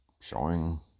showing